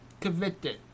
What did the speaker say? convicted